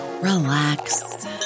relax